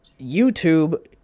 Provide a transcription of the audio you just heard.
YouTube